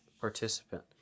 participant